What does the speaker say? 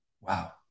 Wow